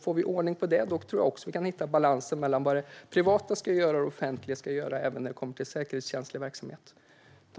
Får vi ordning på detta tror jag att vi kan hitta balansen mellan vad det privata och det offentliga ska göra även när det gäller säkerhetskänslig verksamhet.